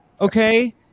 Okay